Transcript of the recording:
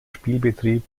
spielbetrieb